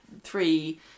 three